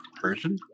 person